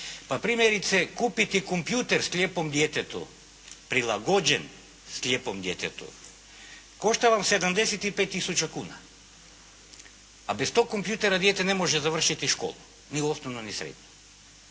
Pa, primjerice kupiti kompjuter slijepom djetetu prilagođen slijepom djetetu košta vam 75 tisuća kuna. A bez tog kompjutera dijete ne može završiti školu, ni osnovnu, ni srednju.